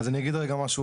אז אני אגיד רגע משהו,